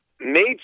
made